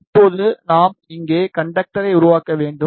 இப்போது நாம் இங்கே கண்டக்டரை உருவாக்க வேண்டும்